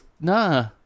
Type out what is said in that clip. nah